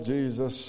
Jesus